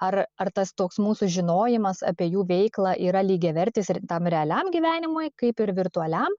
ar ar tas toks mūsų žinojimas apie jų veiklą yra lygiavertis ir tam realiam gyvenimui kaip ir virtualiam